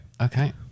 okay